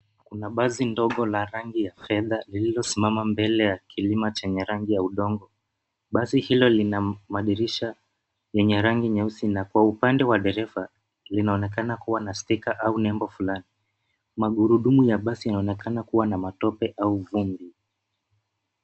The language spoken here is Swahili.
Kuna basi ndogo la rangi ya fedha lililosimama mbele ya kilima chenye rangi ya udongo. Basi hilo lina madirisha yenye rangi nyeusi na kwa upande wa dereva, linaonekana kuwa na sticker au nembo fulani. Magurudumu ya basi yanaonekana kuwa na matope au vumbi.